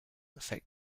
affect